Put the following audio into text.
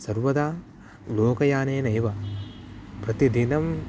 सर्वदा लोकयानेनैव प्रतिदिनं